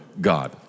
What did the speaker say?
God